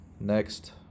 next